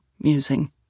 Musing